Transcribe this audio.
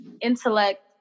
intellect